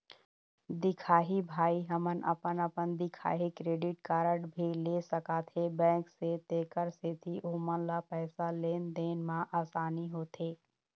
दिखाही भाई हमन अपन अपन दिखाही क्रेडिट कारड भी ले सकाथे बैंक से तेकर सेंथी ओमन ला पैसा लेन देन मा आसानी होथे?